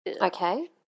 Okay